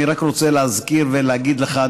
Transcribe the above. אני רק רוצה להזכיר ולהגיד לך,